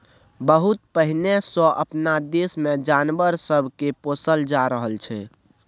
बहुत पहिने सँ अपना देश मे जानवर सब के पोसल जा रहल छै